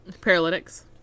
Paralytics